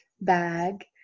bag